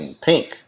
Pink